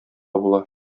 була